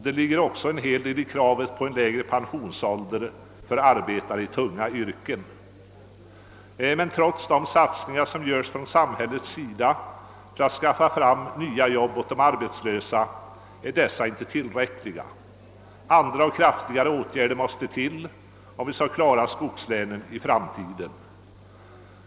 Det ligger också en hel del i kravet på en lägre pensionsålder för arbetare i tunga yrken. Men trots de satsningar som görs från samhällets sida för att skaffa fram nya jobb åt de arbetslösa är åtgärderna ändå inte tillräckliga. Andra och kraftigare åtgärder måste till, om vi skall klara skogslänen i framtiden.